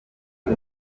ati